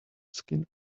skin